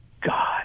god